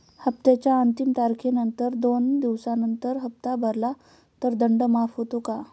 हप्त्याच्या अंतिम तारखेनंतर दोन दिवसानंतर हप्ता भरला तर दंड माफ होतो का?